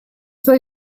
they